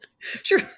Sure